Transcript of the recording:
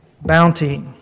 bounty